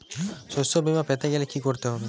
শষ্যবীমা পেতে গেলে কি করতে হবে?